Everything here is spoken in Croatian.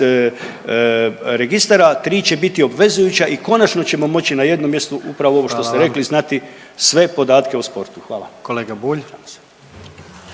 registara 3 će biti obvezujuća i konačno ćemo moći na jednom mjestu upravo ovo što ste rekli…/Upadica predsjednik: Hvala